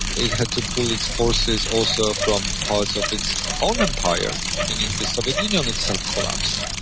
it had to pull its forces also from parts of its own empire, meaning the soviet union itself collapsed.